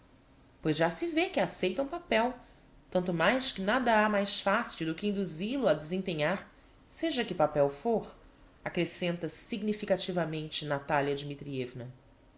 pois já se vê que acceita um papel tanto mais que nada ha mais facil do que induzil o a desempenhar seja que papel fôr accrescenta significativamente natalia dmitrievna anna